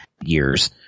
years